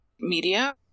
media